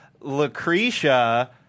Lucretia